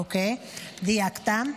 אוקיי, דייקת.